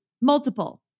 multiple